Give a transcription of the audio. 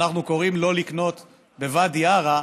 כשאנחנו קוראים לא לקנות בוואדי עארה,